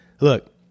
Look